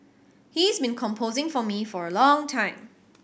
he's been composing for me for a long time